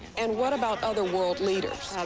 and what about other world leaders?